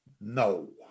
No